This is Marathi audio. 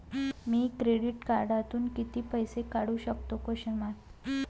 मी क्रेडिट कार्डातून किती पैसे काढू शकतो?